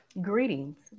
Greetings